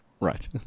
Right